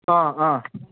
ꯑꯥ ꯑꯥ